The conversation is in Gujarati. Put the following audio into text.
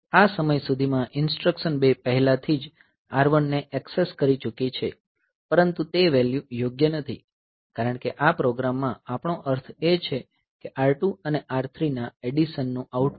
આ સમય સુધીમાં ઈન્સ્ટ્રકશન 2 પહેલાથી જ R1 ને એક્સેસ કરી ચૂકી છે પરંતુ તે વેલ્યુ યોગ્ય નથી કારણ કે આ પ્રોગ્રામમાં આપણો અર્થ એ છે કે R2 અને R3 ના એડીશન નું આઉટપુટ ગમે તે હોય